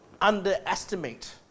underestimate